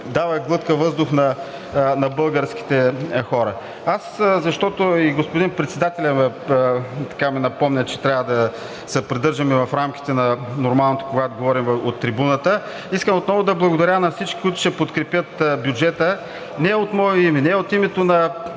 дава глътка въздух на българските хора. Господин председателят ми напомня, че трябва да се придържам в рамките на нормалното, когато говорим от трибуната, искам отново да благодаря на всички, които ще подкрепят бюджета, не от мое име, не от името на